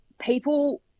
people